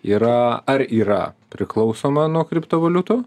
yra ar yra priklausoma nuo kriptovaliutų